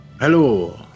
Hello